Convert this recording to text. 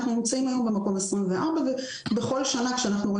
ישראל נמצאת במקום ה-24 ובכל שנה כשאנחנו רואים